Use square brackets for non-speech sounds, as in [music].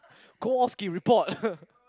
Kowalski report [laughs]